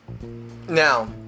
now